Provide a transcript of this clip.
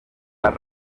las